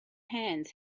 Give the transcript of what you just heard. hands